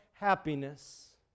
Happiness